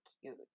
cute